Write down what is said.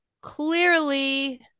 clearly